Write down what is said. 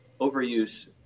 overuse